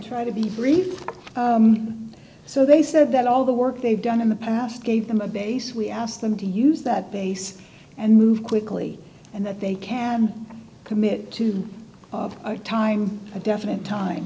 try to be brief so they said that all the work they've done in the past gave them a base we asked them to use that base and move quickly and that they can commit to a time a definite time